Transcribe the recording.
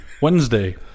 Wednesday